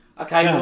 Okay